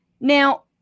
Now